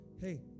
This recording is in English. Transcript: hey